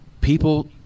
people